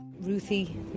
Ruthie